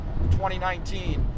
2019